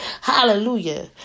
Hallelujah